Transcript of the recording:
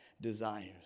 desires